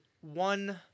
one